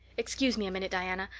excuse me a minute, diana.